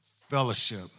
fellowship